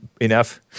enough